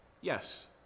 Yes